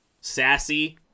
sassy